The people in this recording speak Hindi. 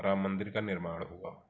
राम मंदिर का निर्माण हुआ